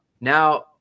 Now